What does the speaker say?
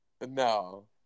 No